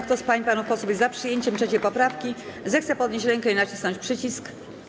Kto z pań i panów posłów jest za przyjęciem 3. poprawki, zechce podnieść rękę i nacisnąć przycisk.